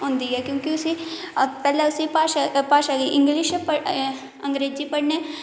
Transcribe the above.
होंदी ऐ क्योंकि उसी पैह्लें उसी भाशा गी इंग्लीश अंग्रेजी पढ़ने